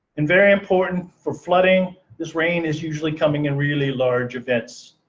and very important for flooding, this rain is usually coming in really large events.